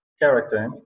character